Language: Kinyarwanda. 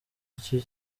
iki